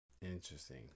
Interesting